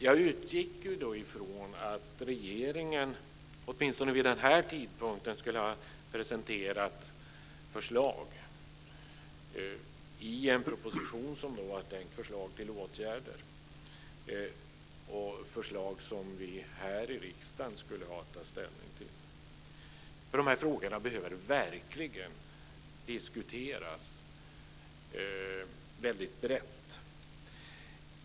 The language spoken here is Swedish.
Jag utgick då från att regeringen åtminstone vid den här tidpunkten skulle ha presenterat förslag till åtgärder i en proposition, förslag som vi här i riksdagen skulle ha haft att ta ställning till. De här frågorna behöver nämligen diskuteras väldigt brett.